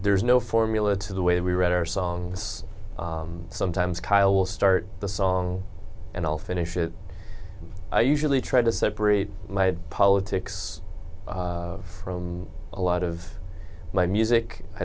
there's no formula to the way we write our songs sometimes kyle will start the song and i'll finish it i usually try to separate my politics from a lot of my music i